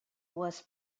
was